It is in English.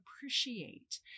appreciate